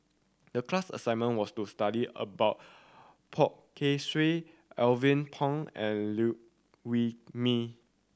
the class assignment was to study about Poh Kay Swee Alvin Pang and Liew Wee Mee